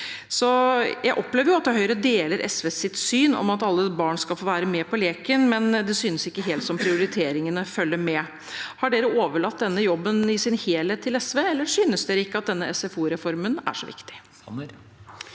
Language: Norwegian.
Jeg opplever at Høyre deler SVs syn om at alle barn skal få være med på leken, men det synes ikke helt som at prioriteringene følger med. Har dere overlatt denne jobben i sin helhet til SV, eller synes dere ikke at denne SFO-reformen er så viktig?